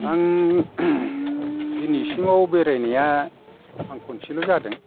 आं दिनैसिमाव बेरायनाया आं खनसेल' जादों